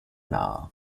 nahe